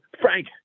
Frank